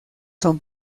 son